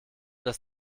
das